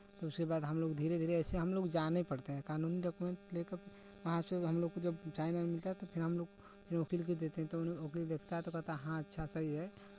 तो उसके बाद हमलोग धीरे धीरे ऐसे हमलोग जाने पड़ते है कानूनी डॉक्यूमेंट ले कर वहाँ से हमलोग को जो साइन मिलता है तो फिर वकील को देते हैं तो वकील देखता है तो कहता है हाँ अच्छा सही है